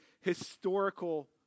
historical